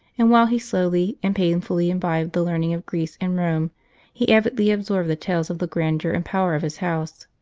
and while he slowly and painfully imbibed the learning of greece and rome he avidly absorbed the tales of the grandeur and power of his house.